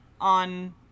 on